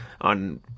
on